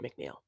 McNeil